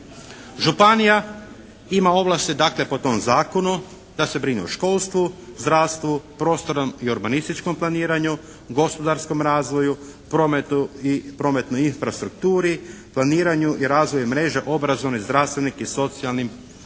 Županija ima ovlasti dakle po tom zakonu da se brine o školstvu, zdravstvu, prostornom i urbanističkom planiranju, gospodarskom razvoju, prometu i prometnoj infrastrukturi, planiranju i razvoju mreže obrazovnih, zdravstvenih i socijalnim